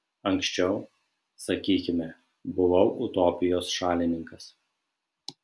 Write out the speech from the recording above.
anksčiau sakykime buvau utopijos šalininkas